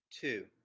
Two